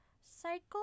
cycle